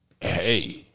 hey